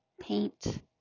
paint